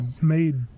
made